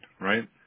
right